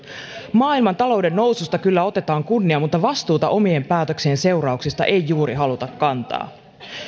maailmantalouden noususta kyllä otetaan kunnia mutta vastuuta omien päätöksien seurauksista ei juuri haluta kantaa